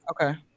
Okay